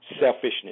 Selfishness